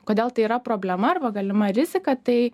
kodėl tai yra problema arba galima rizika tai